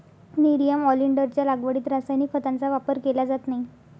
nerium ऑलिंडरच्या लागवडीत रासायनिक खतांचा वापर केला जात नाही